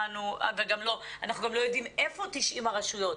אנחנו גם לא יודעים איפה 90 הרשויות,